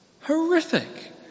Horrific